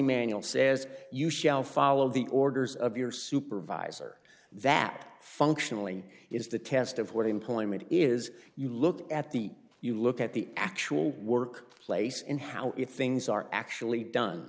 manual says you shall follow the orders of your supervisor that functionally is the test of what employment is you look at the you look at the actual work place and how it things are actually done